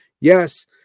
Yes